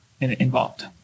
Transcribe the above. involved